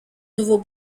nouveau